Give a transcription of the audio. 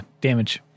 Damage